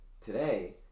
Today